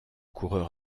coureur